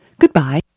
Goodbye